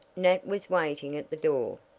nat was waiting at the door.